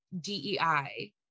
DEI